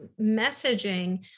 messaging